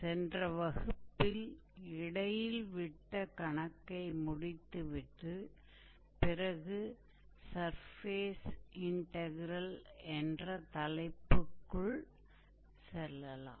சென்ற வகுப்பில் இடையில் விட்ட கணக்கை முடித்து விட்டு பிறகு சர்ஃபேஸ் இன்டக்ரெல் என்ற தலைப்புக்குள் செல்லலாம்